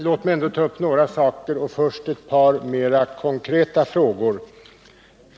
Låt mig ändå ta upp några saker och först ett par mera konkreta frågor.